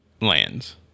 lands